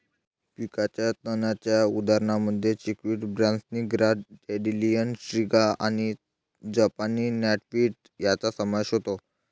पिकाच्या तणांच्या उदाहरणांमध्ये chickweed, barnyard grass, dandelion, striga आणि जपानी नॉटवीड यांचा समावेश होतो